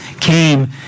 came